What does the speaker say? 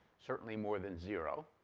certainly more than zero.